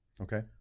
Okay